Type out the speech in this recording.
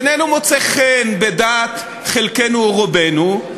איננו מוצא חן בדעת חלקנו או רובנו,